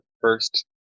first